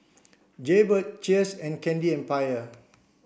Jaybird Cheers and Candy Empire